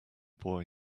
boy